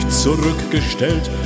zurückgestellt